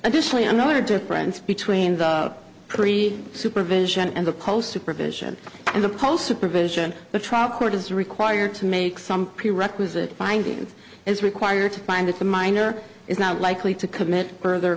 additionally another difference between the pre supervision and the call supervision and the pole supervision the trial court is required to make some requisite findings is required to find that the minor is not likely to commit further